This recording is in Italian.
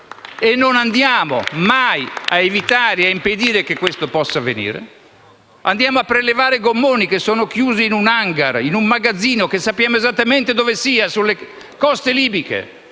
e non andiamo mai ad impedire che questo possa avvenire. Andiamo a prelevare gommoni che sono chiusi in un *hangar*, in un magazzino che sappiamo esattamente dove si trova, sulle coste libiche,